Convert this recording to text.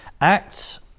acts